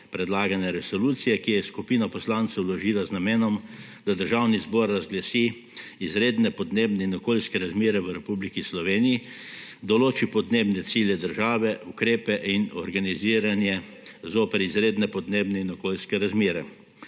predlagane resolucije, ki jo je skupina poslancev vložila z namenom, da Državni zbor razglasi izredne podnebne in okoljske razmere v Republiki Sloveniji, določi podnebne cilje države, ukrepe in organiziranje zoper izredne podnebne in okoljske razmere.